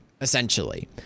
Essentially